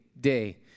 day